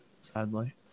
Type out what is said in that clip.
Sadly